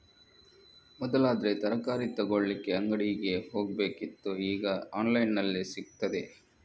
ಮೊದಲಾದ್ರೆ ತರಕಾರಿ ತಗೊಳ್ಳಿಕ್ಕೆ ಅಂಗಡಿಗೆ ಹೋಗ್ಬೇಕಿತ್ತು ಈಗ ಆನ್ಲೈನಿನಲ್ಲಿ ಸಿಗ್ತದೆ